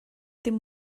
dim